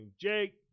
Jake